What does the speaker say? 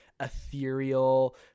ethereal